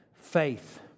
Faith